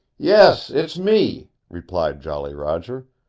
yes, it's me, replied jolly roger.